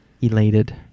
elated